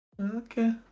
Okay